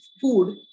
food